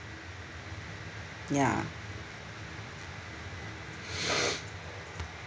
ya